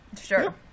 Sure